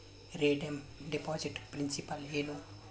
redeem deposit principal ಏನು